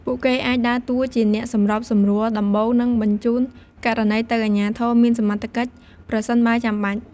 ពួកគេអាចដើរតួជាអ្នកសម្របសម្រួលដំបូង និងបញ្ជូនករណីទៅអាជ្ញាធរមានសមត្ថកិច្ចប្រសិនបើចាំបាច់។